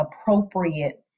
appropriate